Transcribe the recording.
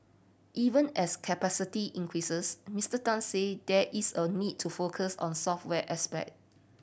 even as capacity increases Mister Tan said there is a need to focus on software aspect